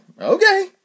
okay